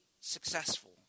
successful